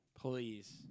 please